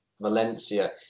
Valencia